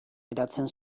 eratzen